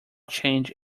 change